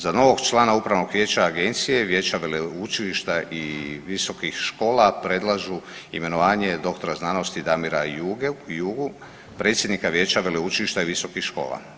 Za novog člana upravnog vijeća agencije, vijeća veleučilišta i visokih škola predlažu imenovanje dr.sc. Damira Juge Jugu predsjednika vijeća veleučilišta i visokih škola.